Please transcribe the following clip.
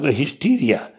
hysteria